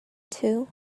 too